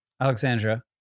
Alexandra